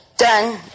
done